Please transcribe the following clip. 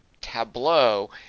tableau